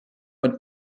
und